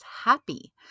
happy